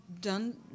done